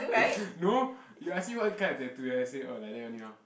no you ask me what kind of tattoo then I say oh like that only lor